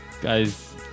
Guys